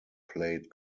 played